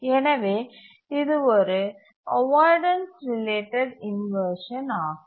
எனவே இது ஒரு அவாய்டன்ஸ் ரிலேட்டட் இன்வர்ஷன் ஆகும்